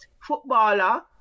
footballer